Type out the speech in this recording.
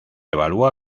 evalúa